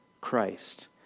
Christ